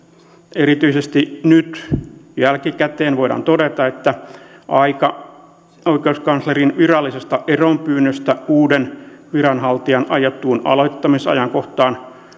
erityisesti nyt jälkikäteen voidaan todeta että aika oikeuskanslerin virallisesta eronpyynnöstä uuden viranhaltijan aiottuun aloittamisajankohtaan